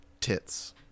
tits